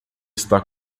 está